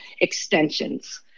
extensions